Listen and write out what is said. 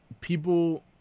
people